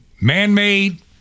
Man-made